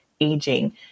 aging